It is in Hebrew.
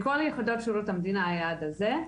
לכל יחידות שירות המדינה היעד הזה.